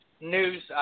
news